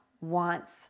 wants